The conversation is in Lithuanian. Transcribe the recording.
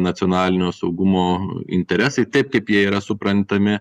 nacionalinio saugumo interesai taip kaip jie yra suprantami